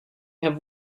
have